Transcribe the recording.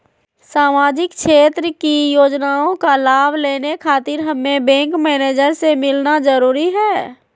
सामाजिक क्षेत्र की योजनाओं का लाभ लेने खातिर हमें बैंक मैनेजर से मिलना जरूरी है?